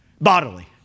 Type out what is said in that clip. bodily